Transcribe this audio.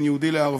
בין יהודי לערבי.